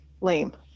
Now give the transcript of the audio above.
lame